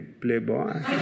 playboy